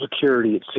Security